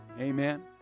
Amen